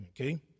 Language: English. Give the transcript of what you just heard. Okay